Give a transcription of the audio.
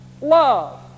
Love